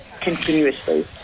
continuously